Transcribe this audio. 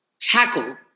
tackle